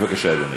בבקשה, אדוני.